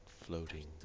Floating